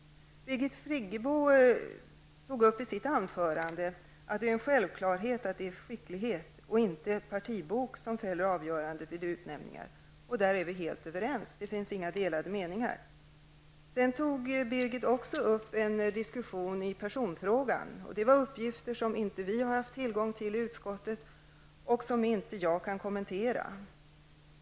I sitt anförande tog Birgit Friggebo upp att det är en självklarhet att det är skicklighet och inte partibok som fäller avgörandet vid utnämningar. Där är vi helt överens. Det finns inga delade meningar där. Sedan tog Birgit Friggebo också upp en diskussion i personfrågan. Det var uppgifter som vi inte har haft tillgång till i utskottet och som jag inte kan kommentera.